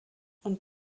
und